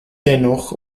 dennoch